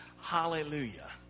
hallelujah